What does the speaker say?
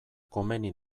komeni